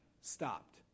stopped